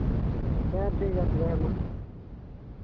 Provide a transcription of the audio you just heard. ᱦᱮᱸ ᱴᱷᱤᱠ ᱜᱮᱭᱟ ᱛᱚᱵᱮ ᱦᱮᱸ ᱢᱟ